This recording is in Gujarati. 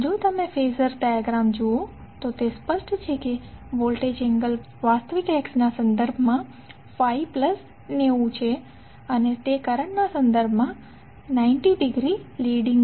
જો તમે ફેઝર ડાયાગ્રામ જુઓ તો તે સ્પષ્ટ છે કે વોલ્ટેજ એંગલ વાસ્તવિક અક્ષના સંદર્ભમાં ∅90 છે અને તે કરંટના સંદર્ભમાં 90 ડિગ્રી લીડીંગ છે